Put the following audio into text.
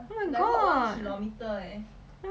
oh my god